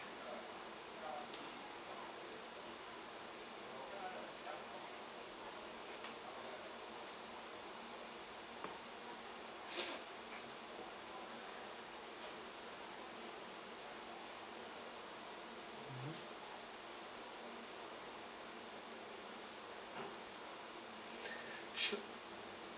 mmhmm sur~